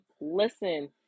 listen